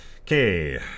Okay